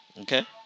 okay